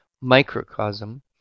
microcosm